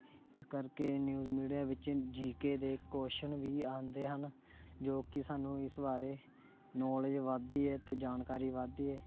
ਇਸ ਕਰਕੇ news media ਵਿੱਚ ਜੀ ਕੇ ਦੇ ਕੋਸ਼ਨ ਵੀ ਆਉਂਦੇ ਹਨ ਜੋ ਕਿ ਸਾਨੂੰ ਇਸ ਬਾਰੇ ਨੋਲੇਜ ਵੱਧਦੀ ਹੈ ਅਤੇ ਜਾਣਕਾਰੀ ਵੱਧਦੀ ਏ